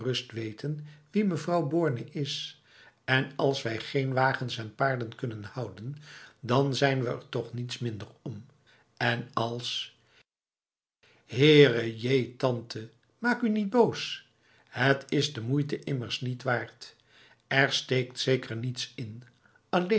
weten wie mevrouw borne is en als wij geen wagens en paarden kunnen houden dan zijn we er toch niets minder om en als herejé tante maak u niet boos het is de moeite immers niet waard er steekt zeker niets in